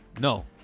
No